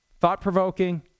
thought-provoking